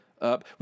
up